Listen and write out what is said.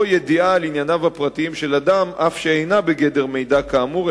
או ידיעה על ענייניו הפרטיים של אדם אף שאינה בגדר מידע כאמור,